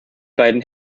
beiden